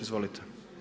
Izvolite.